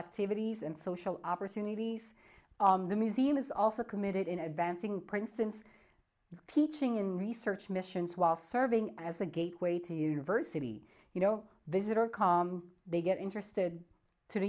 activities and social opportunities the museum is also committed in advancing princeton's teaching in research missions while serving as a gateway to university you know visitor they get interested to the